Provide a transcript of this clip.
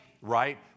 right